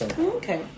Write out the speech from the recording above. okay